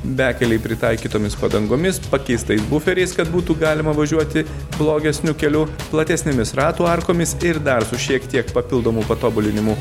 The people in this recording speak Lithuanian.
bekelei pritaikytomis padangomis pakeistais buferiais kad būtų galima važiuoti blogesniu keliu platesnėmis ratų arkomis ir dar su šiek tiek papildomų patobulinimų